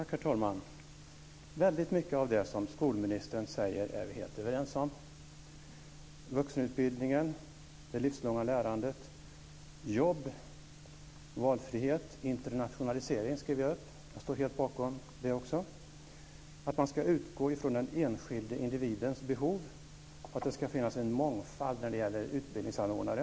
Herr talman! Väldigt mycket av det som skolministern säger är vi helt överens om: vuxenutbildningen och det livslånga lärandet. Jag antecknade jobb, valfrihet och internationalisering, och jag står också helt bakom det. Man ska utgå från den enskilda individens behov, och det ska finnas en mångfald av utbildningsanordnare.